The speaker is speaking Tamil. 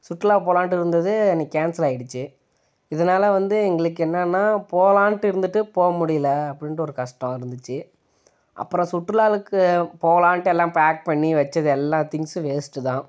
சுற்றுலா போகலான்ட்டு இருந்தது அன்னிக் கேன்சல் ஆகிடுச்சு இதனால் வந்து எங்களுக்கு என்னான்னா போகலான்ட்டு இருந்துட்டு போக முடியல அப்படின்ட்டு ஒரு கஷ்டம் இருந்துச்சு அப்புறம் சுற்றுலாலுக்கு போகலான்ட்டு எல்லாம் பேக் பண்ணி வச்சது எல்லா திங்ஸும் வேஸ்ட் தான்